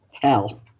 Hell